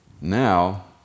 now